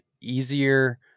easier